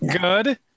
good